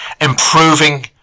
improving